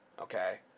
okay